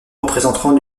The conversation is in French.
représentant